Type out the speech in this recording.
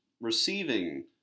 receiving